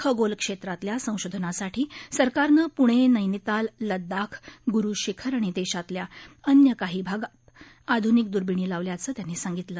खगोल क्षेत्रातल्या संशोधनासाठी सरकारनं पुणे नैनिताल लदाख गुरु शिखर आणि देशातल्या इतर काही भागात आधुनिक दुर्बिणी लावल्याचं प्रधानमंत्री म्हणाले